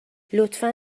لطفا